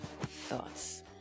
thoughts